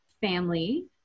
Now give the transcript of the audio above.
family